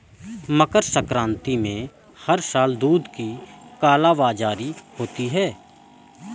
मकर संक्रांति में हर साल दूध की कालाबाजारी होती है